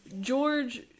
George